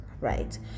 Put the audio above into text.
right